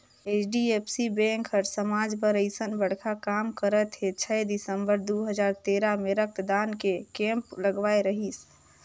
HDFC bank हर समाज बर अइसन बड़खा काम करत हे छै दिसंबर दू हजार तेरा मे रक्तदान के केम्प लगवाए रहीस